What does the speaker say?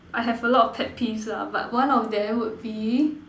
I have a lot of pet peeves lah but one of them would be